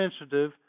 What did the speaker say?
insensitive